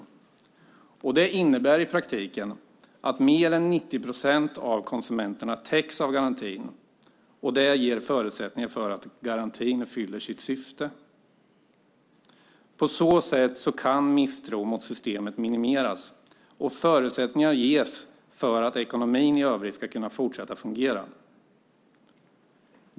I praktiken innebär det att mer än 90 procent av konsumenterna täcks av garantin. Det ger förutsättningar för att garantin fyller sitt syfte. På så sätt kan misstro mot systemet minimeras och förutsättningar ges för att ekonomin i övrigt ska kunna fortsätta att fungera.